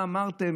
מה אמרתם,